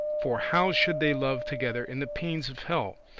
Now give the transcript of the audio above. for how should they love together in the pains of hell,